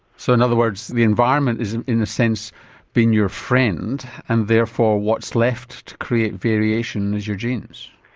so in other words the environment is in a sense being your friend and therefore what's left to create variation is your genes.